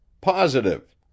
Positive